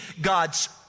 God's